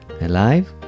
alive